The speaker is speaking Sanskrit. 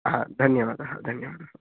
धन्यवादः धन्यवादः